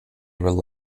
rely